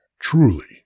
Truly